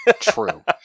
True